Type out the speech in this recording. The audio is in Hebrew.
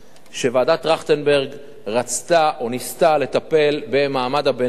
שוועדת-טרכטנברג רצתה או ניסתה לטפל במעמד הביניים,